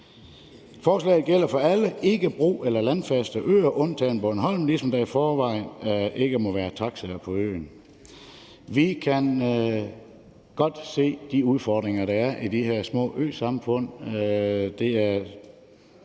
Forslaget gælder for alle ikke bro- eller landfaste øer, undtagen Bornholm, og der må ikke i forvejen være taxaer på øen. Vi kan godt se de udfordringer, der er i de her små øsamfund.